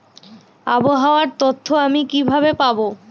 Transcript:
আবহাওয়ার তথ্য আমি কিভাবে পাবো?